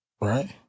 Right